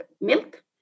milk